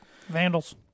Vandals